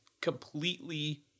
completely